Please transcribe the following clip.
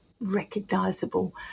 recognizable